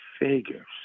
figures